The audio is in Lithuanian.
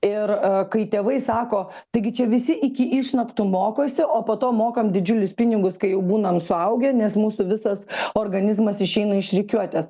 ir kai tėvai sako taigi čia visi iki išnaktų mokosi o po to mokam didžiulius pinigus kai būnam suaugę nes mūsų visas organizmas išeina iš rikiuotės